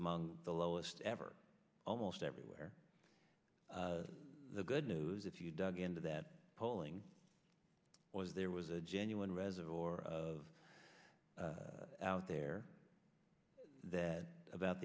among the lowest ever almost everywhere the good news if you dug into that polling was there was a genuine resit or of out there that about